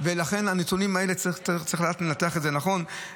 ולכן צריך לדעת לנתח נכון את הנתונים.